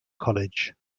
college